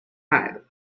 head